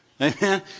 Amen